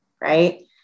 Right